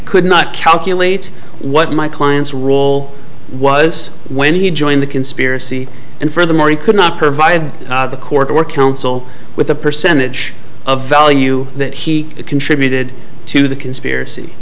could not calculate what my client's role was when he joined the conspiracy and furthermore he could not provide the court work counsel with a percentage of value that he contributed to the conspiracy